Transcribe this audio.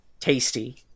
tasty